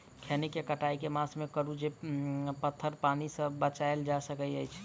खैनी केँ कटाई केँ मास मे करू जे पथर पानि सँ बचाएल जा सकय अछि?